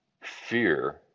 fear